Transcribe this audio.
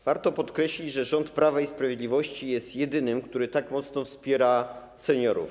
Warto podkreślić, że rząd Prawa i Sprawiedliwości jest jedynym, który tak mocno wspiera seniorów.